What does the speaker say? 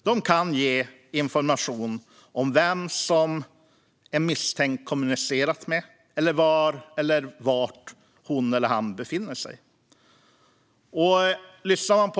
De kan ge information om vem en misstänkt har kommunicerat med eller var hon eller han befinner sig.